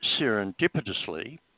serendipitously